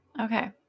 Okay